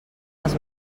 els